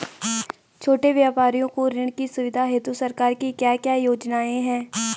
छोटे व्यापारियों को ऋण की सुविधा हेतु सरकार की क्या क्या योजनाएँ हैं?